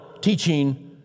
teaching